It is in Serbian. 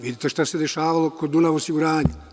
Vidite šta se dešavalo u Dunav osiguranju.